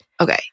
Okay